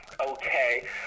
Okay